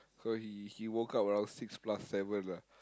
so he he woke up around six plus seven lah